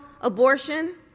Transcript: abortion